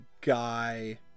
guy